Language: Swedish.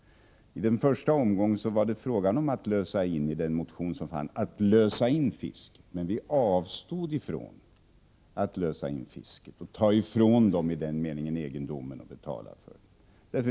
I den första omgången, i motionen, var det fråga om att lösa in fisket, men vi avstod från att göra det och i den meningen ta ifrån ägarna egendom och betala för det.